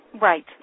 Right